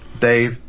dave